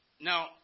Now